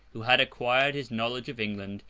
who had acquired his knowledge of england,